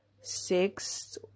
six